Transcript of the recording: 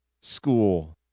school